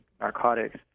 narcotics